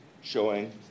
showing